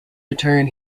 return